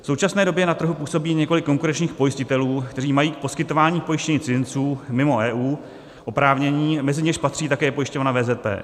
V současné době na trhu působí několik konkurenčních pojistitelů, kteří mají k poskytování pojištění cizinců mimo EU oprávnění a mezi něž patří také pojišťovna VZP.